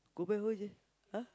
go back